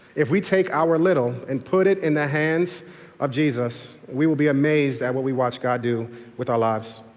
if we take our little and put it in the hands of jesus, we will be amazed at what we watch god do with our lives.